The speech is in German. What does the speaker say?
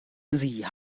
sie